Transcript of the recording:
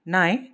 নাই